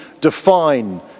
define